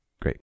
Great